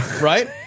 right